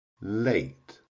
late